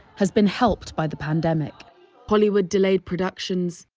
has been helped by the pandemic hollywood delayed productions,